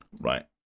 right